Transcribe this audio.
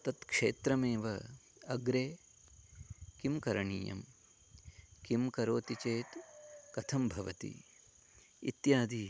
तत् क्षेत्रमेव अग्रे किं करणीयं किं करोति चेत् कथं भवति इत्यादयः